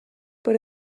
per